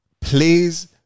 Please